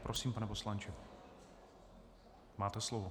Prosím, pane poslanče, máte slovo.